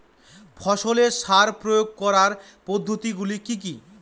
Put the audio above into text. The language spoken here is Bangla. ফসলে সার প্রয়োগ করার পদ্ধতি গুলি কি কী?